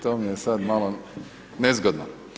To mi je sad malo nezgodno.